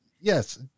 yes